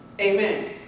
Amen